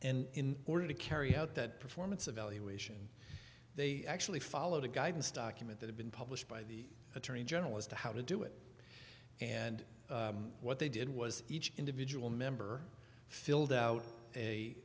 and in order to carry out that performance evaluation they actually followed a guidance document that have been published by the attorney general as to how to do it and what they did was each individual member filled out a